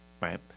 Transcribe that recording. Right